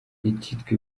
icyitwa